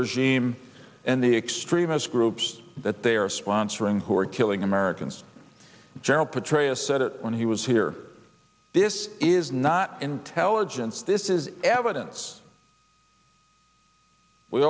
regime and the extremist groups that they are sponsoring who are killing americans general petraeus said it when he was here this is not intelligence this is evidence we